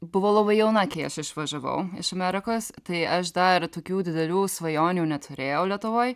buvau labai jauna kai aš išvažiavau iš amerikos tai aš dar tokių didelių svajonių neturėjau lietuvoj